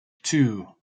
two